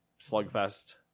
slugfest